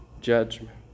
judgment